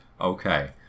Okay